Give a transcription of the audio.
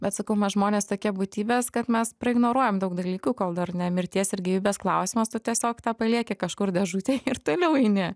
bet sakau man žmonės tokie būtybės kad mes praignoruojam daug dalykų kol dar ne mirties ir gyvybės klausimas tu tiesiog tą palieki kažkur dėžutėj ir toliau eini